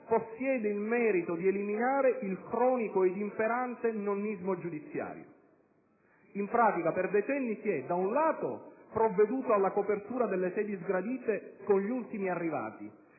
possiede il merito di eliminare il cronico ed imperante nonnismo giudiziario. In pratica per decenni si è, da un lato, provveduto alla copertura delle sedi sgradite con gli ultimi arrivati